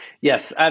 Yes